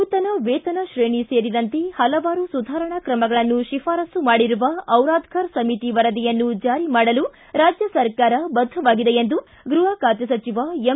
ನೂತನ ವೇತನ ತ್ರೇಣಿ ಸೇರಿದಂತೆ ಹಲವಾರು ಸುಧಾರಣಾ ತ್ರಮಗಳನ್ನು ಶಿಫಾರಸ್ತು ಮಾಡಿರುವ ಡಿರಾಧಕರ್ ಸಮಿತಿ ವರದಿಯನ್ನು ಜಾರಿ ಮಾಡಲು ರಾಜ್ಯ ಸರ್ಕಾರ ಬದ್ದವಾಗಿದೆ ಎಂದು ಗೃಹ ಖಾತೆ ಸಚಿವ ಎಂ